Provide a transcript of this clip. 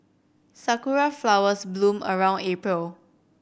sakura flowers bloom around April